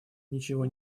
ничего